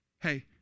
Hey